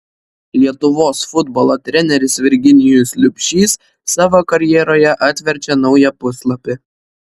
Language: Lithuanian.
lietuvos futbolo treneris virginijus liubšys savo karjeroje atverčia naują puslapį